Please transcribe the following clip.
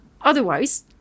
Otherwise